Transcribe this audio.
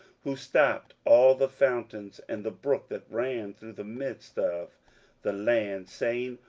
who stopped all the fountains, and the brook that ran through the midst of the land, saying,